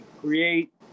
create